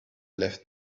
left